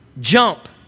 Jump